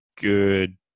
good